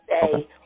say